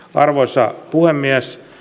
arvoisa puhemies